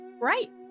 Right